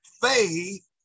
Faith